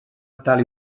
tal